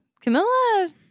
Camilla